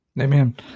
Amen